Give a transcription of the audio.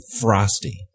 frosty